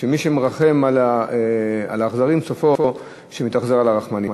מי שמרחם על האכזרים סופו שמתאכזר אל הרחמנים.